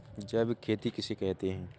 जैविक खेती किसे कहते हैं?